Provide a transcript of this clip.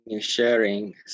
sharing